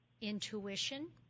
intuition